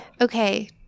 Okay